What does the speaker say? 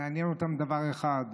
מעניין אותם דבר אחד: